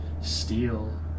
steal